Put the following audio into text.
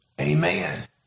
Amen